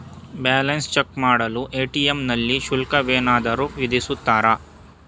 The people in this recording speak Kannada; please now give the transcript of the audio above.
ಬ್ಯಾಲೆನ್ಸ್ ಚೆಕ್ ಮಾಡಲು ಎ.ಟಿ.ಎಂ ನಲ್ಲಿ ಶುಲ್ಕವೇನಾದರೂ ವಿಧಿಸುತ್ತಾರಾ?